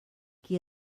qui